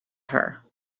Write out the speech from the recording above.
her